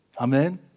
Amen